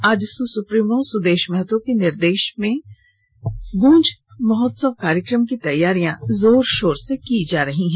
AJSU supremo Sudesh Mahto के निर्देशन में गूंज महोत्सव कार्यक्रम की तैयारी जोर शोर से की जा रही है